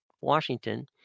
Washington